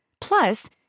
Plus